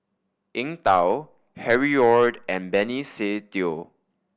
Eng Tow Harry Ord and Benny Se Teo